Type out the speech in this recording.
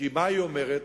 כי מה היא אומרת?